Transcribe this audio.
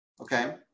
Okay